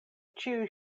ĉiuj